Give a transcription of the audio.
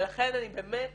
ולכן אני באמת